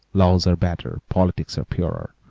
laws are better, politics are purer,